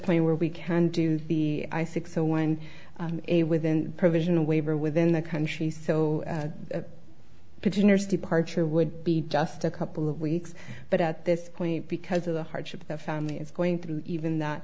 point where we can do the i think so one a within provision a waiver within the country so petitioners departure would be just a couple of weeks but at this point because of the hardship the family is going through even that